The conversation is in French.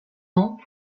ans